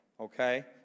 Okay